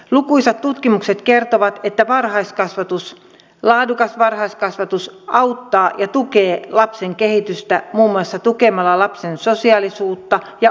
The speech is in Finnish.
lukuisat tutkimukset kertovat että laadukas varhaiskasvatus auttaa ja tukee lapsen kehitystä muun muassa tukemalla lapsen sosiaalisuutta ja oppimista